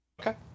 Okay